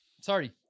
Sorry